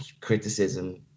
criticism